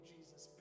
Jesus